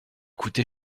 coûté